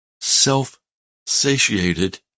self-satiated